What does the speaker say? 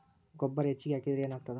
ಗೊಬ್ಬರ ಹೆಚ್ಚಿಗೆ ಹಾಕಿದರೆ ಏನಾಗ್ತದ?